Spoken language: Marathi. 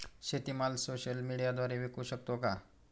शेतीमाल सोशल मीडियाद्वारे विकू शकतो का?